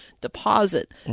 deposit